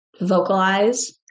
vocalize